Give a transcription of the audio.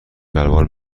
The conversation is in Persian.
شلوار